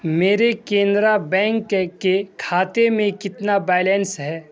میرے کینرا بینک کے کھاتے میں کتنا بیلنس ہے